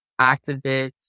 activists